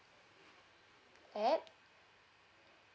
at